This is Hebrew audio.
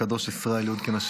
הקדוש ישראל יודקין,